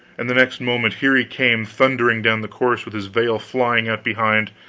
and the next moment here he came thundering down the course with his veil flying out behind,